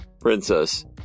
Princess